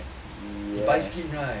buy skin right john